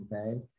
Okay